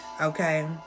Okay